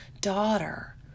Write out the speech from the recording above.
daughter